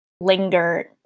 linger